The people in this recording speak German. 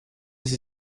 sie